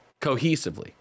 Cohesively